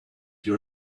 your